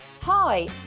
Hi